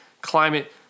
climate